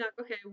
Okay